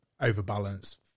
overbalanced